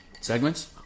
Segments